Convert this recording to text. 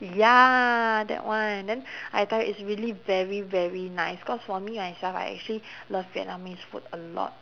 ya that one then I tell you it's really very very nice cause for me myself I actually love vietnamese food a lot